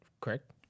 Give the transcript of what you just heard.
Correct